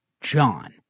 John